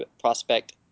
prospect